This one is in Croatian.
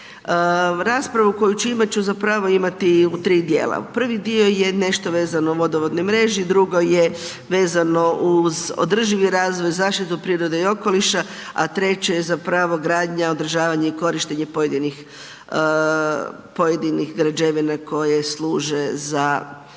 Raspravu koju ću imati ću zapravo imati u tri dijela. Prvi dio je nešto vezano u vodovodnoj mreži, drugo je vezano uz održivi razvoj, zaštitu prirode i okoliša a treće je zapravo gradnja, održavanje i korištenje pojedinih građevina koje služe za